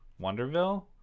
Wonderville